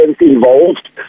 involved